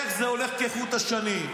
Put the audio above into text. תראה איך זה הולך כחוט השני.